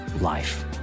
Life